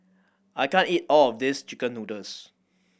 I can't eat all of this chicken noodles